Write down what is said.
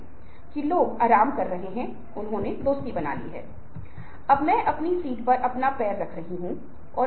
तो इस संदर्भ में यह केवल संख्या आकार मीडिया सोशल मीडिया सामाजिक जाल यहाँ है